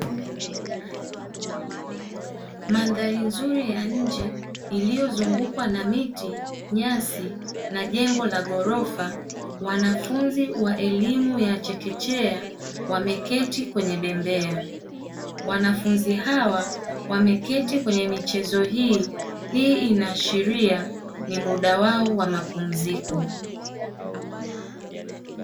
Mandhari nzuri ya nje iliyozungukwa na miti nyasi na jengo la ghorofa wanafunzi wa elimu ya chekechea wameketi kwenye bembea wanafunzi hawa wameketi kwenye michezo hii, hii inaashiria ni muda wao wa mapumziko.